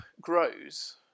grows